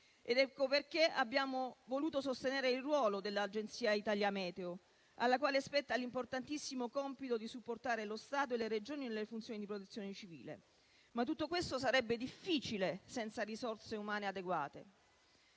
Ecco perché abbiamo voluto sostenere il ruolo dell'Agenzia ItaliaMeteo, alla quale spetta l'importantissimo compito di supportare lo Stato e le Regioni nelle funzioni di protezione civile. Ma tutto questo sarebbe difficile senza risorse umane adeguate,